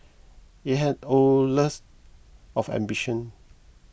it has oodles of ambition